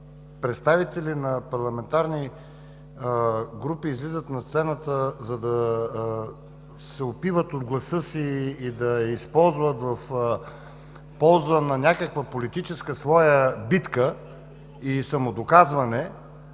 представители на парламентарни групи излизат на сцената, за да се опиват от гласа си и да го използват в полза на някаква своя политическа битка и самодоказване,